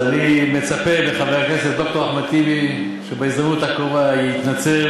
אז אני מצפה מחבר הכנסת ד"ר אחמד טיבי שבהזדמנות הקרובה יתנצל,